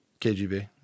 KGB